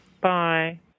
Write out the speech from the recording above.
Bye